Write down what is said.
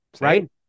Right